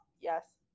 yes